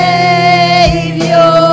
Savior